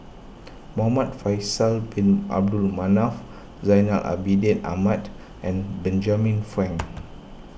Muhamad Faisal Bin Abdul Manap Zainal Abidin Ahmad and Benjamin Frank